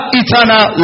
eternal